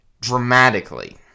dramatically